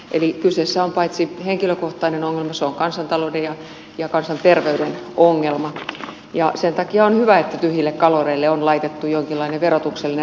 eli paitsi henkilökohtainen ongelma se on kansantalouden ja kansanterveyden ongelma ja sen takia on hyvä että tyhjille kaloreille on laitettu jonkinlainen verotuksellinen rasite päälle